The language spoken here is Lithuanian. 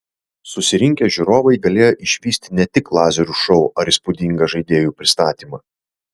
susirinkę žiūrovai galėjo išvysti ne tik lazerių šou ar įspūdingą žaidėjų pristatymą